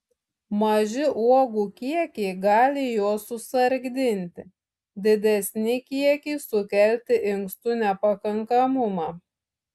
maži uogų kiekiai gali juos susargdinti didesni kiekiai sukelti inkstų nepakankamumą